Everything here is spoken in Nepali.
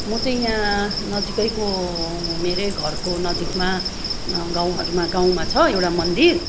म चाहिँ यहाँ नजिकैको मेरै घरको नजिकमा गाउँहरूमा गाउँमा छ एउटा मन्दिर